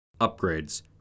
Upgrades